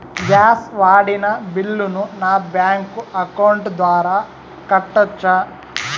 Gas వాడిన బిల్లును నా బ్యాంకు అకౌంట్ ద్వారా కట్టొచ్చా?